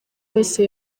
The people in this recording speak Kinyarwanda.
wese